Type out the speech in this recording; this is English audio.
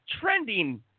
trending